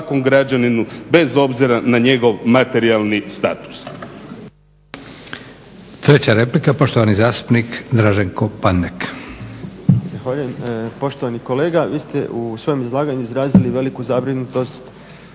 bez obzira na njegov materijalni status.